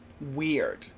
weird